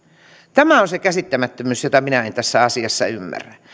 tämä on se käsittämättömyys jota minä en tässä asiassa ymmärrä